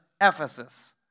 Ephesus